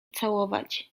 całować